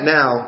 now